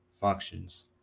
functions